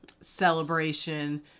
celebration